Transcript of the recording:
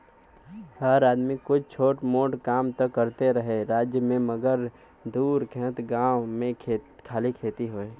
हर आदमी कुछ छोट मोट कां त करते रहे राज्य मे मगर दूर खएत गाम मे खाली खेती होए